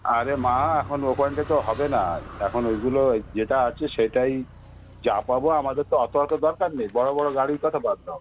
আরে মা এখন ওখানটা তো হবে না এখন ওইগুলো যেটা আছে সেটাই যা পাবো আমাদের তো অতো অতো দরকার নেই বড়ো বড়ো গাড়ির কথা বাদ দাও